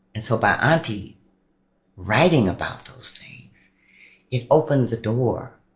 and so by aunty writing about those things it opened the door